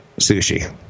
sushi